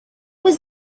was